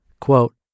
Quote